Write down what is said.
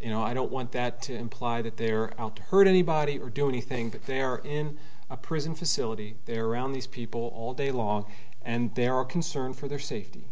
you know i don't want that to imply that they're out to hurt anybody or do anything that they're in a prison facility they're around these people all day long and there are concern for their safety